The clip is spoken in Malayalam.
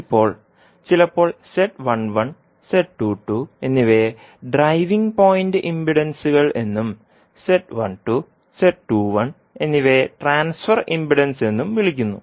ഇപ്പോൾ ചിലപ്പോൾ എന്നിവയെ ഡ്രൈവിംഗ് പോയിന്റ് ഇംപെഡൻസുകൾ എന്നും എന്നിവയെ ട്രാൻസ്ഫർ ഇംപിഡൻസ് എന്നും വിളിക്കുന്നു